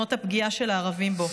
מניסיונות הפגיעה של הערבים בו.